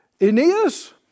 Aeneas